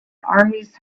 armies